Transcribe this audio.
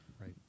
Right